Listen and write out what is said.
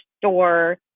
store